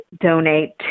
donate